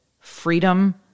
freedom